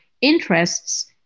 interests